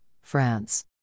France